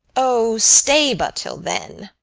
o, stay but till then!